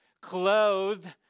clothed